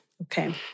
Okay